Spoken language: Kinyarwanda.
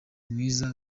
mwiza